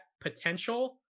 potential